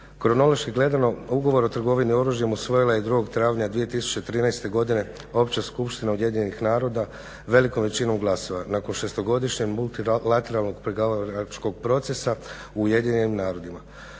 Kronološki gledano ugovor o trgovini oružjem usvojila je 2.travnja 2013.godine opća skupština UN-a velikom većinom glasova nakon šestogodišnje multilateralnog pregovaračkog procesa UN-a.